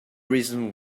reason